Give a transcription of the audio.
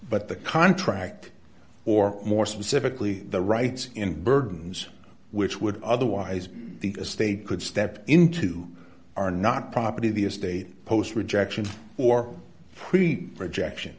but the contract or more specifically the rights and burdens which would otherwise be the state could step into are not property of the estate post rejection or pre rejection